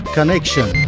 Connection